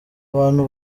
bantu